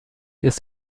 ist